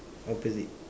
opposite